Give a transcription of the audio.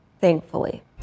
Thankfully